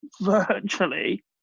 virtually